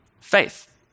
faith